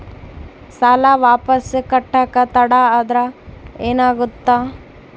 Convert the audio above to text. ಸಾಲ ವಾಪಸ್ ಕಟ್ಟಕ ತಡ ಆದ್ರ ಏನಾಗುತ್ತ?